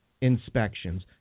inspections